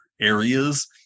areas